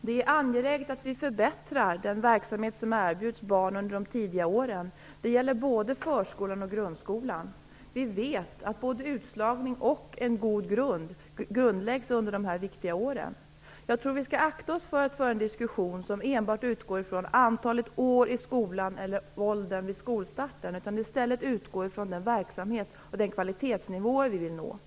Det är angeläget att vi förbättrar den verksamhet som erbjuds barn under de tidiga åren. Det gäller både förskolan och grundskolan. Vi vet att både utslagning och en god grund grundläggs under dessa viktiga år. Jag tror att vi skall akta oss för att föra en diskussion som enbart utgår ifrån antalet år i skolan eller ålder vid skolstarten. I stället bör vi utgå ifrån den verksamhet och kvalitetsnivå vi vill uppnå.